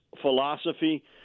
philosophy